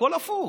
הכול הפוך,